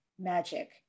magic